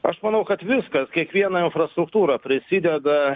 aš manau kad viskas kiekviena infrastruktūra prisideda